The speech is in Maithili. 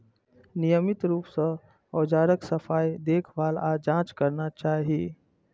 नियमित रूप सं औजारक सफाई, देखभाल आ जांच करना चाही